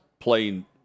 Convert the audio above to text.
playing